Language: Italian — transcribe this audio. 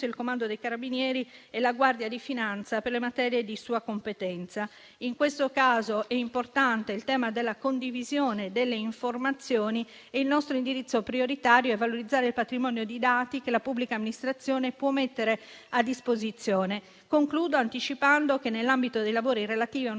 il Comando dei carabinieri e la Guardia di finanza per le materie di sua competenza. In questo caso è importante il tema della condivisione delle informazioni e il nostro indirizzo prioritario è valorizzare il patrimonio di dati che la pubblica amministrazione può mettere a disposizione. Concludo anticipando che, nell'ambito dei lavori relativi a